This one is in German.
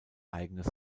eigenes